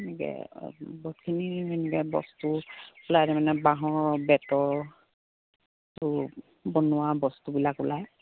এনেকৈ বহুতখিনি এনেকৈ বস্তু ওলাই তাৰমানে বাঁহৰ বেতৰ বনোৱা বস্তুবিলাক ওলায়